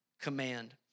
command